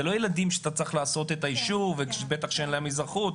אלה לא ילדים שאתה צריך לבקש אישור ובטח כשאין להם אזרחות.